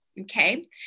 Okay